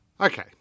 Okay